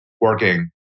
working